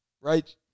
Right